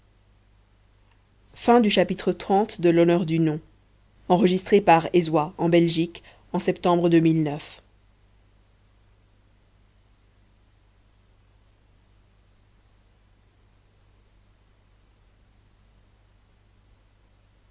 un du nom de